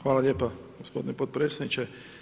Hvala lijepa gospodine potpredsjedniče.